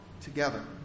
together